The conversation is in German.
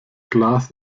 glas